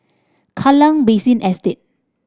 Kallang Basin Estate